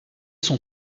sont